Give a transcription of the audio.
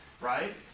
right